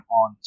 on